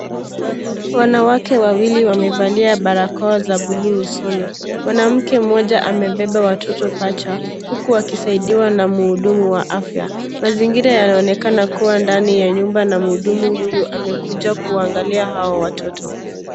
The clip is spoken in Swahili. Wanawake wawili wamevalia barakoa za bluu usoni. Mwanamke mmoja amebeba watoto pacha huku akisaidiwa na mhudumu wa afya. Mazingira yanaonekana kuwa ndani ya nyumba na mhudumu huyu amekuja kuangalia hao watoto.